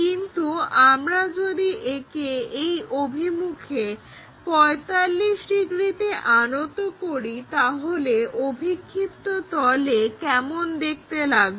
কিন্তু আমরা যদি একে এই অভিমুখে 45 ডিগ্রিতে আনত করি তাহলে অভিক্ষিপ্ত তলে কেমন দেখতে লাগবে